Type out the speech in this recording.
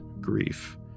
grief